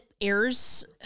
airs